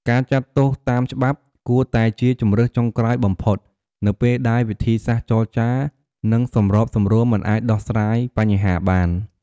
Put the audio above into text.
ការចាត់ទោសតាមច្បាប់ គួរតែជា ជម្រើសចុងក្រោយបំផុត នៅពេលដែលវិធីសាស្ត្រចរចា និងសម្របសម្រួលមិនអាចដោះស្រាយបញ្ហាបាន។